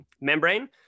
membrane